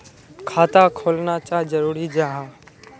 खाता खोलना चाँ जरुरी जाहा?